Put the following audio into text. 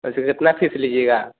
वैसे कितना फीस लीजिएगा